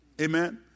Amen